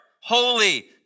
holy